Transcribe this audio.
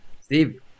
steve